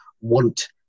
want